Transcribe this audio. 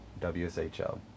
WSHL